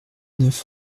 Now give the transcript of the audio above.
neuf